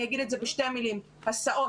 אני אומר את זה בשתי מילים, הסעות.